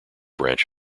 branch